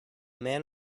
man